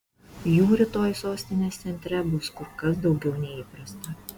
jų rytoj sostinės centre bus kur kas daugiau nei įprasta